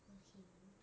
okay